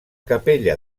capella